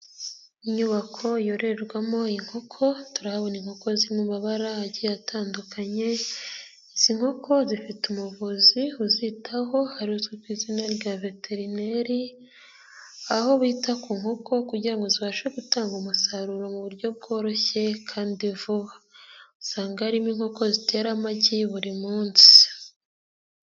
Inyubako yororwamo inkoko turahabona inkoko ziri mu mabara agiye atandukanye, izi nkoko zifite umuvuzi uzitaho ari uzwi ku izina rya veterineri, aho bita ku nkoko kugira ngo zibashe gutanga umusaruro mu buryo bworoshye kandi vuba, usanga harimo inkoko zitera amagi buri munsi.